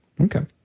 Okay